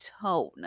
tone